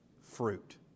fruit